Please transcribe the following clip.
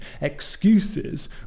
excuses